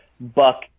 Buck